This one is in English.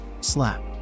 Slap